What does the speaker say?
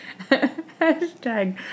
Hashtag